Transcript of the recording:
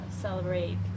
celebrate